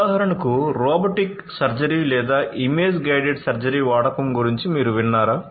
ఉదాహరణకు robotic surgery లేదా image guided surgery వాడకం గురించి మీరు విన్నారా